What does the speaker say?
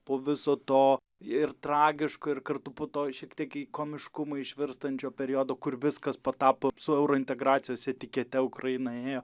po viso to ir tragiško ir kartu po to šiek tiek į komiškumą išvirstančio periodo kur viskas patapo su eurointegracijos etikete ukraina ėjo